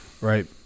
right